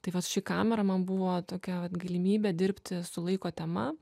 taip vat ši kamera man buvo tokia vat galimybė dirbti su laiko tema